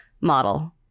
model